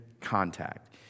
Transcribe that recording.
contact